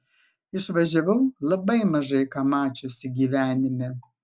išvažiavau labai mažai ką mačiusi gyvenime